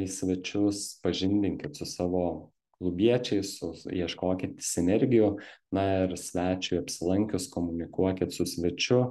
į svečius pažindinkit su savo klubiečiais sus ieškokit sinergijų na ir svečiui apsilankius komunikuokit su svečiu